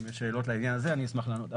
אם יש שאלות לנושא הזה אשמח לענות.